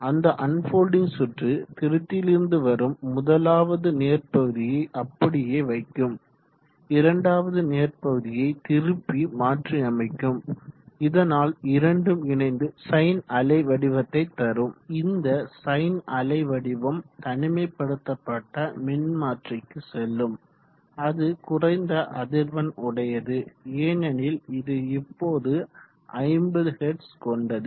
அந்த அன்ஃபொல்டிங் சுற்று திருத்தியிலிருந்து வரும் முதலாவது நேர்பகுதியை அப்படியே வைக்கும் இரண்டாவது நேர் பகுதியை திருப்பி மாற்றியமைக்கும் இதனால் இரண்டும் இணைந்து சைன் அலைவடிவத்தை தரும் இந்த சைன் அலைவடிவம் தனிமைப்படுத்தப்பட்ட மின்மாற்றிக்கு செல்லும் அது குறைந்த அதிர்வெண் உடையது ஏனெனில் இது இப்போது 50 ஹெர்ட்ஸ் கொண்டது